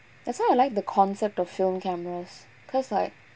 that's why I like the concept of film cameras cause like